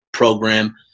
program